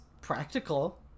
practical